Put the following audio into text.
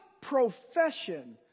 profession